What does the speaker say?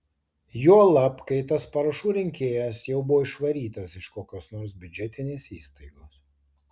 juolab kai tas parašų rinkėjas jau buvo išvarytas iš kokios nors biudžetinės įstaigos